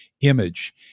image